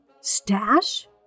stash